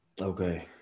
Okay